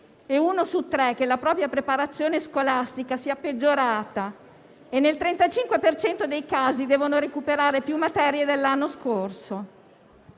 e uno su tre che la propria preparazione scolastica sia peggiorata. Nel 35 per cento dei casi, devono recuperare più materie dell'anno scorso.